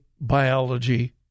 biology